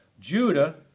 Judah